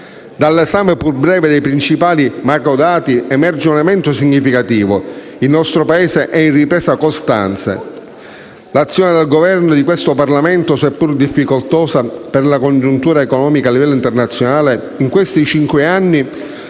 Dall'esame pur breve dei principali macrodati emerge un elemento significativo: il nostro Paese è in ripresa costante. L'azione del Governo e di questo Parlamento, seppur difficoltosa per la congiuntura economica a livello internazionale, in questi cinque anni